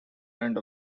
end